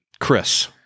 Chris